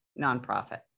nonprofit